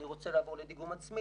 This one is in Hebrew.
אני רוצה לעבור לדיגום עצמי,